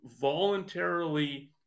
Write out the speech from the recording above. voluntarily